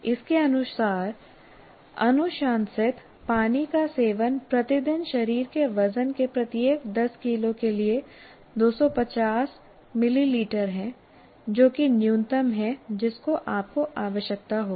इसके अनुसार अनुशंसित पानी का सेवन प्रति दिन शरीर के वजन के प्रत्येक 10 किलो के लिए 250 मिलीलीटर है जो कि न्यूनतम है जिसकी आपको आवश्यकता होगी